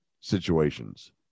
situations